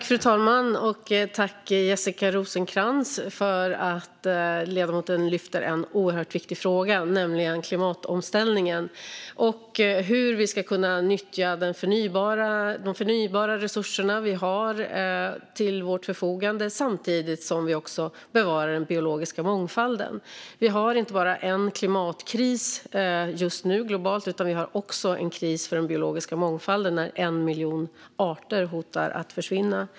Fru talman! Tack, Jessica Rosencrantz, för att ledamoten lyfter en oerhört viktig fråga, nämligen klimatomställningen och hur vi ska kunna nyttja de förnybara resurser vi har till vårt förfogande samtidigt som vi bevarar den biologiska mångfalden. Vi har just nu inte bara en global klimatkris, utan vi har också en kris för den biologiska mångfalden - 1 miljon arter riskerar att försvinna.